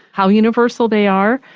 how universal they are,